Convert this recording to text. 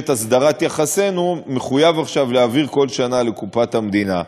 הסדרת יחסינו מחויב עכשיו להעביר כל שנה לקופת המדינה.